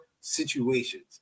situations